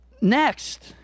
Next